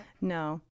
no